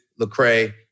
Lecrae